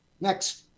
Next